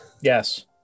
Yes